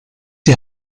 die